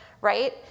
right